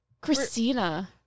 Christina